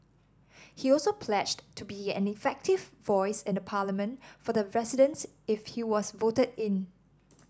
he also pledged to be an effective voice in the Parliament for the residents if he was voted in